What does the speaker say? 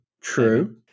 true